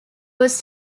was